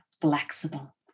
flexible